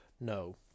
No